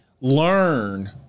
learn